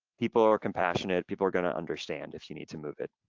people are compassionate, people are gonna understand if you need to move it.